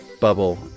Bubble